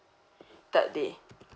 third day